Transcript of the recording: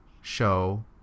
show